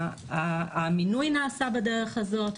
שהמינוי נעשה בדרך הזאת,